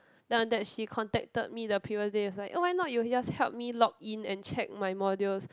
that one that she contacted me the previous day was like oh why not you just help me log in and check my modules